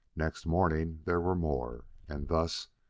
next morning there were more. and thus,